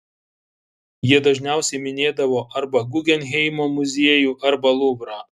jie dažniausiai minėdavo arba guggenheimo muziejų arba luvrą